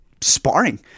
sparring